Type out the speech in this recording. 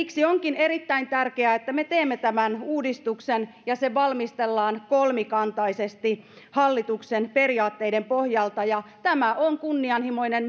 siksi onkin erittäin tärkeää että me teemme tämän uudistuksen ja se valmistellaan kolmikantaisesti hallituksen periaatteiden pohjalta tämä on kunnianhimoinen